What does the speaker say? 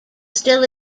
still